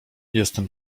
jestem